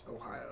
Ohio